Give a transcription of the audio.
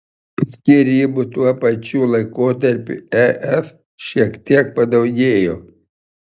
skyrybų tuo pačiu laikotarpiu es šiek tiek padaugėjo